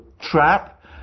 trap